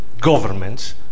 governments